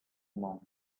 monk